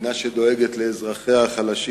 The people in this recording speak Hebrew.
מדינה שדואגת לאזרחיה החלשים.